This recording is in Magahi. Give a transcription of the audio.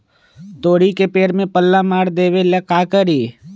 तोड़ी के पेड़ में पल्ला मार देबे ले का करी?